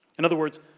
in other words,